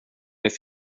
det